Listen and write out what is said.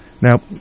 Now